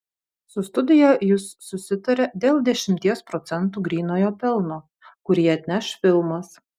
su studija jis susitarė dėl dešimties procentų grynojo pelno kurį atneš filmas